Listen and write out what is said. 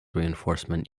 reinforcement